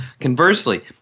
Conversely